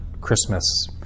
christmas